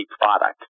product